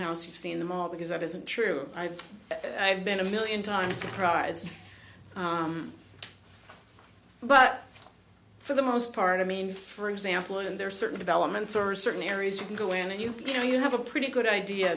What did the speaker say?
house you've seen them all because that isn't true i've i've been a million times surprised but for the most part i mean for example and there are certain developments or certain areas you can go in and you know you have a pretty good idea